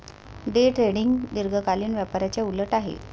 day trading दीर्घकालीन व्यापाराच्या उलट आहे